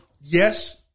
yes